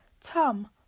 Tom